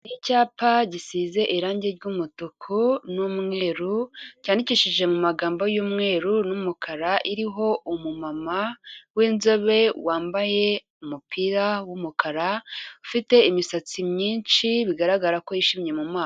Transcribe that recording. Icyapa gisize irangi ry'umutuku n'umweru cyandikishije mu magambo y'umweru n'umukara, iriho umumama w'inzobe wambaye umupira w'umukara, ufite imisatsi myinshi bigaragara ko yishimye mumaso.